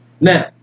Now